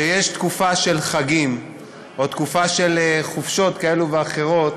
שיש תקופה של חגים או תקופה של חופשות כאלה ואחרות